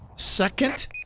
second